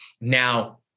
Now